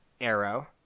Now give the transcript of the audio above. Arrow